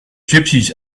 gypsies